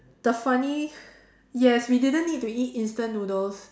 the funny yes we didn't need to eat instant noodles